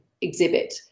exhibit